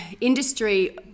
industry